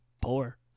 poor